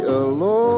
alone